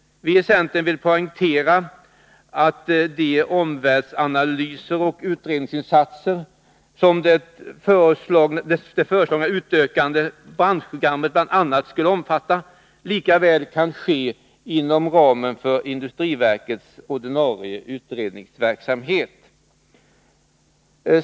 Vii centern vill poängtera att de omvärldsanalyser och andra utredningsinsatser som det föreslagna utökade branschprogrammet bl.a. skulle omfatta lika väl kan ske inom ramen för industriverkets ordinarie utredningsverksamhet.